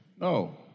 no